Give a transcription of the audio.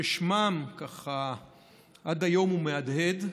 ששמו, שעד היום הוא מהדהד,